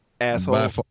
Asshole